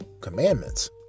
commandments